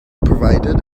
provided